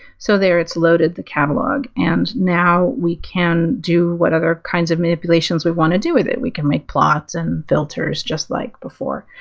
so there it's loaded the catalog, and now we can do what other kinds of manipulations we want to do with it. we can make plots and filters just like before.